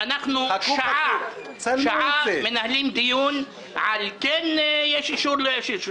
אנחנו שעה מנהלים דיון על כן יש אישור או אין אישור.